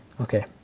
Okay